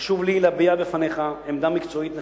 חשוב לי להביע בפניך עמדה מקצועית נחרצת: